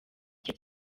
cye